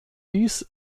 dies